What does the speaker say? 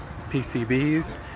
pcbs